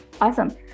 Awesome